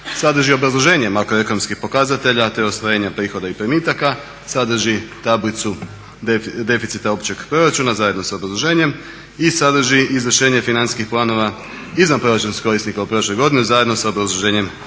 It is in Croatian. sadrži obrazloženje makroekonomskih pokazatelja te ostvarenja prihoda i primitaka, sadrži tablicu deficita općeg proračuna zajedno sa obrazloženjem i sadrži izvršenje financijskih planova izvanproračunskih korisnika u prošloj godini zajedno sa obrazloženjem